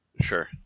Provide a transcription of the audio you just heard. Sure